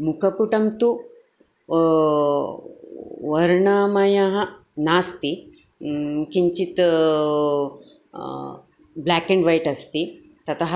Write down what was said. मुखपुटं तु वर्णमयः नास्ति किञ्चित् ब्लाक् अण्ड् वैट् अस्ति ततः